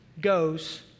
goes